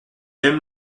aime